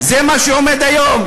זה מה שעומד היום,